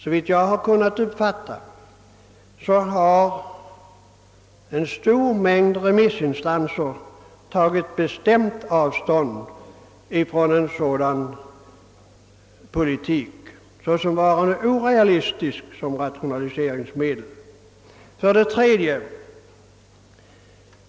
Om jag uppfattat rätt har en stor mängd remissinstanser tagit bestämt avstånd från en sådan politik såsom varande orealistisk som rationaliseringsmedel. 3.